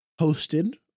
hosted